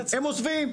הם עוזבים.